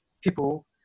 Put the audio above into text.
people